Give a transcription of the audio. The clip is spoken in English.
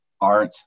art